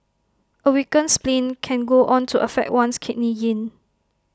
A weakened spleen can go on to affect one's Kidney Yin